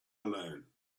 alone